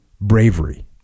bravery